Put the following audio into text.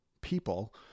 people